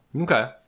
Okay